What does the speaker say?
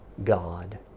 God